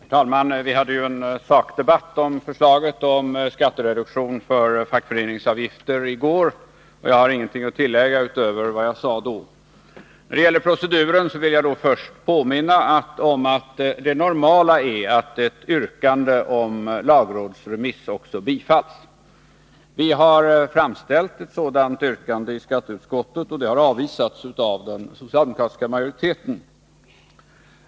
Herr talman! Vi hade en sakdebatt om förslaget om skattereduktion för fackföreningsavgifter i går, och jag har ingenting att tillägga utöver vad jag sade då. Beträffande proceduren vill jag först påminna om att det normala är att ett yrkande om lagrådsremiss också bifalls. Vi har framställt ett sådant yrkande i skatteutskottet, och det har avvisats av den socialdemokratiska majoriteten.